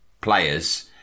players